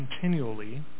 continually